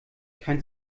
kein